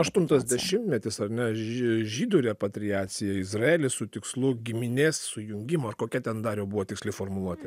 aštuntas dešimtmetis ar ne žy žydų repatriacija į izraelį su tikslu giminės sujungimo ar kokia ten dariau buvo tiksli formuluotė